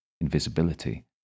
Invisibility